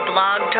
Blog